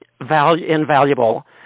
invaluable